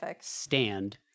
stand